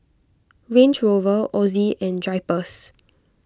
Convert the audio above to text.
Range Rover Ozi and Drypers